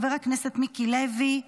חבר הכנסת מיקי לוי,